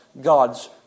God's